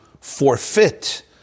forfeit